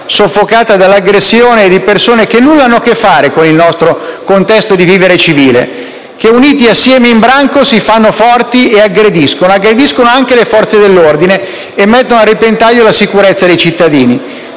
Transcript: soffocata dall'aggressione di persone che nulla hanno a che fare con il nostro contesto di vivere civile e che, unite assieme in branco, si fanno forza e aggrediscono, anche le Forze dell'ordine, e mettono a repentaglio la sicurezza dei cittadini.